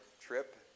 trip